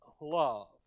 love